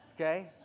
okay